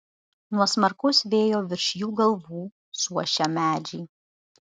nuo smarkaus vėjo virš jų galvų suošia medžiai